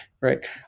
right